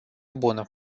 bună